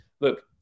look